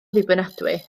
ddibynadwy